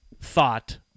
thought